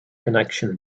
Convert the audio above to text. connection